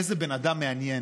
איזה בן אדם מעניין.